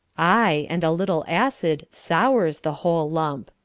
aye, and a little acid sours the whole lump.